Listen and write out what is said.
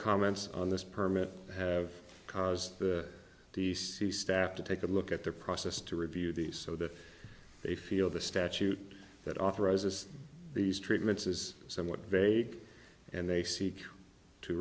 comments on this permit have caused the d c staff to take a look at their process to review these so that they feel the statute that authorizes these treatments is somewhat vague and they seek to